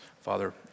Father